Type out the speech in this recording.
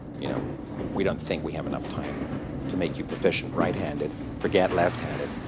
you know we don't think we have enough time to make you proficient right-handed. forget left-handed.